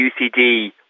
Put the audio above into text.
UCD